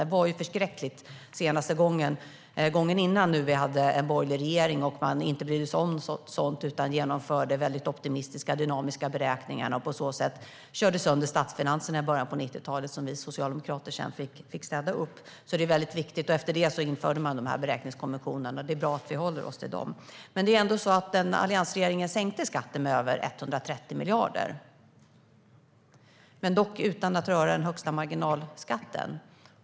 Det var ju förskräckligt i början på 90-talet när vi hade en borgerlig regering som inte brydde sig om sådant utan genomförde väldigt optimistiska dynamiska beräkningar och på så sätt körde sönder statsfinanserna, som vi i Socialdemokraterna sedan fick städa upp. Efter detta införde vi de här beräkningskonventionerna, så det är bra att vi håller oss till dem. Det är ändå så att alliansregeringen sänkte skatten med över 130 miljarder, dock utan att röra den högsta marginalskatten.